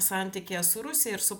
santykyje su rusija ir su